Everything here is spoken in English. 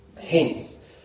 Hence